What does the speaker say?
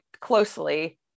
closely